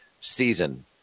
season